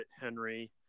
Henry